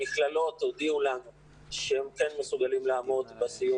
מכללות הודיעו לנו שהן כן מסוגלות לעמוד בסיום